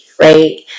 right